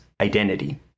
identity